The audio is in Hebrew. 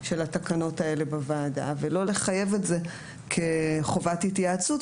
של התקנות האלה בוועדה ולא לחייב את זה כחובת התייעצות,